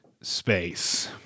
space